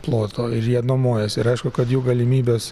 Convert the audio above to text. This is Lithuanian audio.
ploto ir jie nuomojasi ir aišku kad jų galimybės